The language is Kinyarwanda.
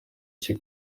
cye